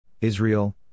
Israel